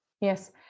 Yes